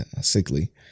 sickly